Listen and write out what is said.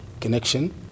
connection